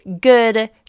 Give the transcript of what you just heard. good